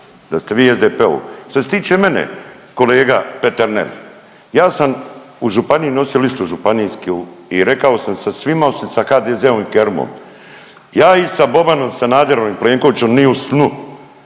Da ste vi SDP-ov. Što se tiče mene, kolega Peternel, ja sam u županiji nosio listu županijsku i rekao sam sa svima osim sa HDZ-ovim Kerumom. Ja i sa Bobanom, Sanaderom i Plenkovićem ni u snu,